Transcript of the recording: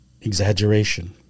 exaggeration